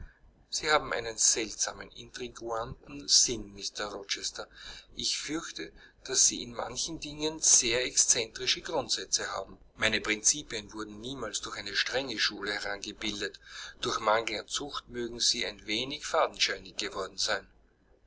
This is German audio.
sie haben einen seltsamen intriguanten sinn mr rochester ich fürchte daß sie in manchen dingen sehr excentrische grundsätze haben meine prinzipien wurden niemals durch eine strenge schule herangebildet durch mangel an zucht mögen sie ein wenig fadenscheinig geworden sein